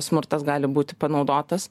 smurtas gali būti panaudotas